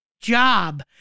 job